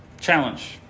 challenge